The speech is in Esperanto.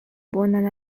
bonan